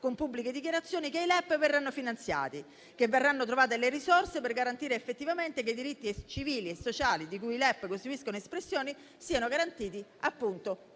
con pubbliche dichiarazioni, che i LEP verranno finanziati e che verranno trovate le risorse per garantire effettivamente che i diritti civili e sociali di cui essi costituiscono espressione siano garantiti equamente.